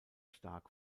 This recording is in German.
stark